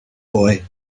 boy